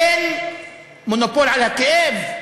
אין מונופול על הכאב.